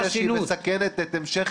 אז אל תשים אותה בסיטואציה שמסכנת את המשך